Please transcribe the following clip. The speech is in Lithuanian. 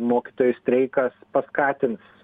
mokytojų streikas paskatins